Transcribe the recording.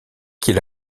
qu’il